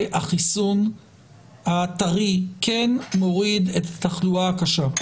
החיסון הטרי כן מוריד את התחלואה הקשה,